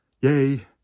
yay